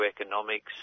economics